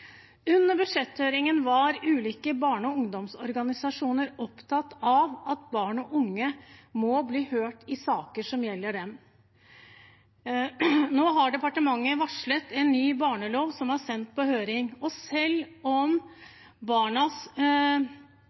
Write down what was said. Under budsjetthøringen var ulike barne- og ungdomsorganisasjoner opptatt av at barn og unge må bli hørt i saker som gjelder dem. Nå har departementet varslet en ny barnelov, som er sendt på høring. Selv om barnas